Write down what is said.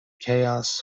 chaos